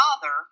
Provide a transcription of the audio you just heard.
father